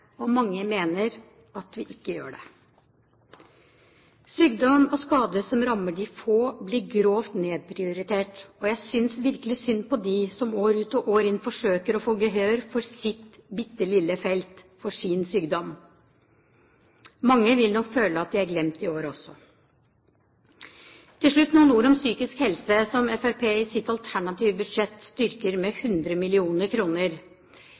og mange mener at vi ikke gjør det. Sykdom og skader som rammer de få, blir grovt nedprioritert. Jeg synes virkelig synd på dem som år ut og år inn forsøker å få gehør for sitt bitte lille felt, for sin sykdom. Mange vil nok føle at de er glemt i år også. Til slutt noen ord om psykisk helse, som Fremskrittspartiet i sitt alternative budsjett styrker med